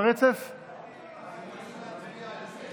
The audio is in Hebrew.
אם כך, חברי הכנסת,